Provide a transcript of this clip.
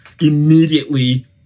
immediately